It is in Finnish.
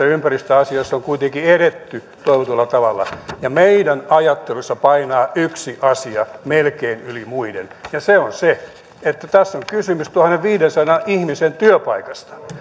ympäristöasioissa on kuitenkin edetty toivotulla tavalla ja meidän ajattelussamme painaa yksi asia melkein yli muiden ja se on se että tässä on kysymys tuhannenviidensadan ihmisen työpaikasta